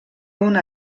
una